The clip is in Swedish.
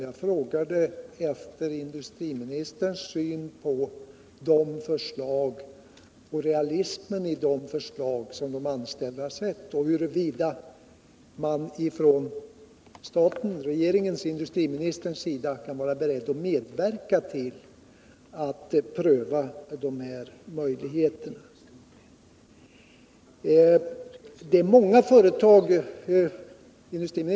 Jag frågade efter industriministerns syn på de förslag som de anställda gett, på realismen i de förslagen och huruvida man från regeringens och industriministerns sida kan vara beredd att medverka till att pröva dessa möjligheter.